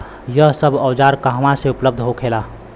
यह सब औजार कहवा से उपलब्ध होखेला?